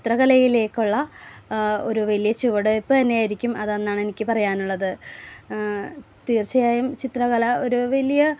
ചിത്രകലയിലേക്കുള്ള ഒരു വലിയ ചുവട് വെപ്പ് തന്നെയായിരിക്കും അതെന്നാണ് എനിക്ക് ഈ പറയാനുള്ളത് തീർച്ചയായും ചിത്രകല ഒരു വലിയ